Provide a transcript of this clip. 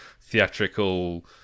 theatrical